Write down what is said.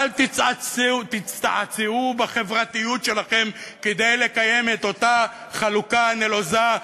אל תצטעצעו בחברתיות שלכם כדי לקיים את אותה חלוקה נלוזה,